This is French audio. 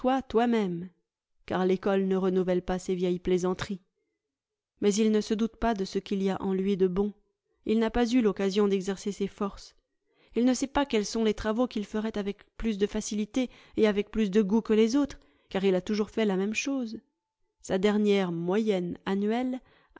toi-même car l'ecole ne renouvelle pas ses vieilles plaisanteries mais il ne se doute pas de ce qu'il y a en lui de bon il n'a pas eu l'occasion d'exercer ses forces il ne sait pas quels sont les travaux qu'il ferait avec plus de facilité et avec plus de goût que les autres car il a toujours fait la même chose sa dernière moyenne annuelle